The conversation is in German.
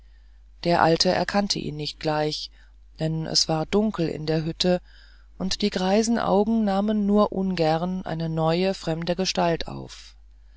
der alte erkannte ihn nicht gleich denn es war dunkel in der hütte und die greisen augen nahmen nur ungern eine neue fremde gestalt auf